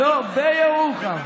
לא, בירוחם.